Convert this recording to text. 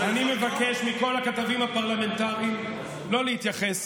אני מבקש מכל הכתבים הפרלמנטריים לא להתייחס